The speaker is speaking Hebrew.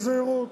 בזהירות.